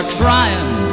trying